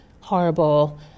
horrible